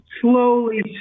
slowly